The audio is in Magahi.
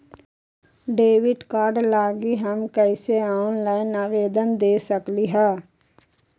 डेबिट कार्ड लागी हम कईसे ऑनलाइन आवेदन दे सकलि ह?